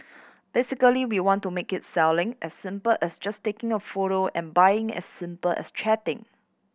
basically we wanted to make it selling as simple as just taking a photo and buying as simple as chatting